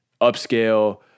upscale